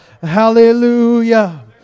Hallelujah